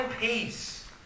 peace